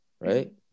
right